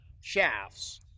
shafts